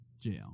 Jail